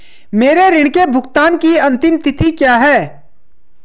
मेरे ऋण के भुगतान की अंतिम तिथि क्या है?